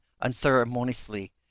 unceremoniously